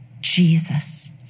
Jesus